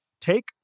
take